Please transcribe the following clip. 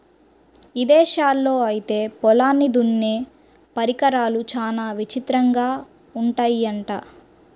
ఇదేశాల్లో ఐతే పొలాల్ని దున్నే పరికరాలు చానా విచిత్రంగా ఉంటయ్యంట